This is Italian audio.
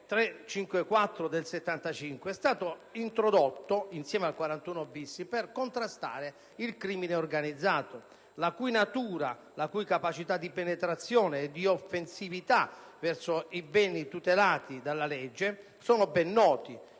legge n. 354 del 1975 è stato introdotto, insieme all'articolo 41-*bis,* per contrastare il crimine organizzato, la cui natura, capacità di penetrazione e offensività verso i beni tutelati dalla legge sono ben noti.